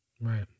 Right